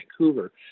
Vancouver